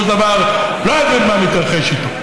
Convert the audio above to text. של דבר לא יוכל להבין מה מתרחש איתו.